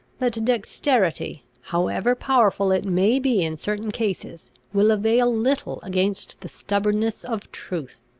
that dexterity, however powerful it may be in certain cases, will avail little against the stubbornness of truth.